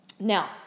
Now